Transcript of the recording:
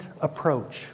approach